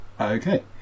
Okay